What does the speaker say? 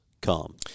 come